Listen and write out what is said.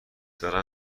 دارم